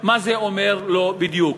מה זה אומר לו בדיוק,